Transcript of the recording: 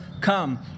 Come